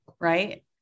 Right